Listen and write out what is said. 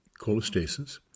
cholestasis